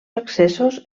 accessos